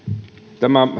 tämä